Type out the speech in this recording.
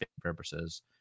purposes